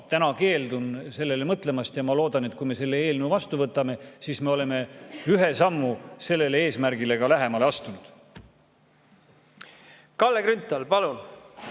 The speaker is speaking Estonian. täna keeldun sellele mõtlemast ja ma loodan, et kui me selle eelnõu vastu võtame, siis me oleme ühe sammu sellele eesmärgile ka lähemale astunud. No mina